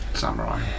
samurai